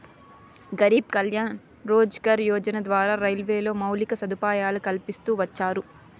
గరీబ్ కళ్యాణ్ రోజ్గార్ యోజన ద్వారా రైల్వేలో మౌలిక సదుపాయాలు కల్పిస్తూ వచ్చారు